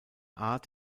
art